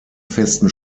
festen